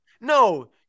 No